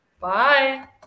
Bye